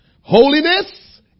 Holiness